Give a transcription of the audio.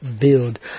build